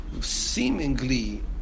Seemingly